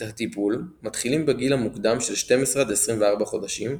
את הטיפול מתחילים בגיל המוקדם של 12–24 חודשים,